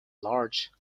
large